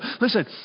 Listen